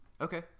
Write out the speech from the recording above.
okay